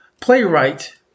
playwright